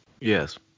Yes